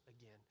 again